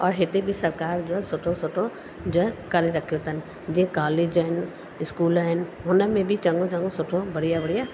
और हिते बि सरकारि जो आहे सुठो सुठो जो आहे करे रखियो अथनि जे कालेज आहिनि स्कूल आहिनि हुन में बि चङो चङो सुठो बढ़िया बढ़िया